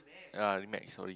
ya Remax sorry